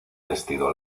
vestido